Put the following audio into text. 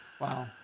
wow